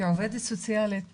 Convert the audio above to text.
כעובדת סוציאלית